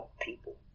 people